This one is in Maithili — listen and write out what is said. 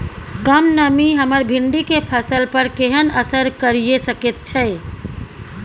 कम नमी हमर भिंडी के फसल पर केहन असर करिये सकेत छै?